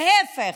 להפך,